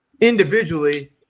Individually